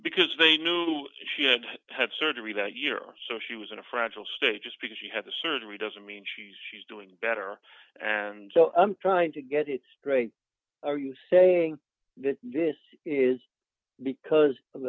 because they knew she had had surgery that year so she was in a fragile state just because she had the surgery doesn't mean she's she's doing better and i'm trying to get it straight are you saying that this is because of